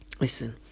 listen